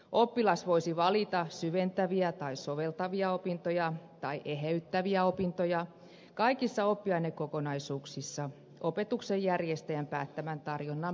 oppilas voisi valita syventäviä tai soveltavia opintoja tai eheyttäviä opintoja kaikissa oppiainekokonaisuuksissa opetuksen järjestäjän päättämän tarjonnan pohjalta